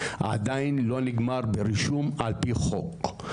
עדיין לא נגמר ברישום על פי חוק.